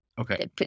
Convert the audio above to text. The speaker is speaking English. Okay